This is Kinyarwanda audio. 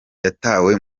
yatawe